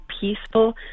peaceful